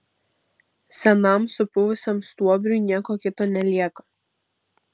senam supuvusiam stuobriui nieko kito nelieka